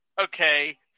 okay